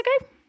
ago